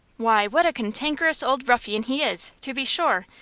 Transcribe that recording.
why, what a cantankerous old ruffian he is, to be sure!